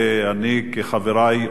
אני כחברי,